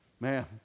Man